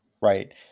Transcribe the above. right